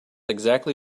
exactly